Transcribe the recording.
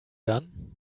gone